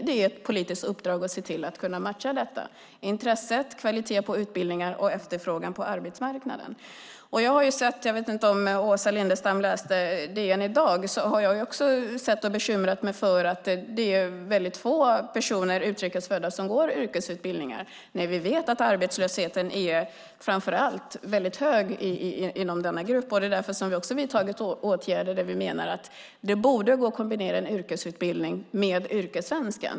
Det är ett politiskt uppdrag att se till att matcha detta: intresse, kvalitet på utbildningen och efterfrågan på arbetsmarknaden. Jag vet inte om Åsa Lindestam läste DN i dag, men jag är också bekymrad över att det är få utrikes födda personer som går yrkesutbildningar när vi vet att arbetslösheten är väldigt hög framför allt inom denna grupp. Det är därför som vi har vidtagit åtgärder där vi menar att det borde gå att kombinera en yrkesutbildning med yrkessvenska.